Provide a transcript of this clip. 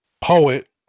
poet